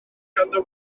ganddo